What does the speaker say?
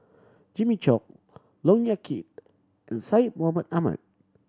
Jimmy Chok Look Yan Kit and Syed Mohamed Ahmed